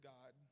God